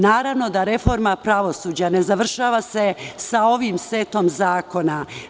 Naravno da se reforma pravosuđa ne završava sa ovim setom zakona.